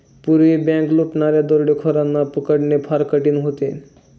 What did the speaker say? पूर्वी बँक लुटणाऱ्या दरोडेखोरांना पकडणे फार कठीण होत होते